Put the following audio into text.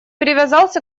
привязался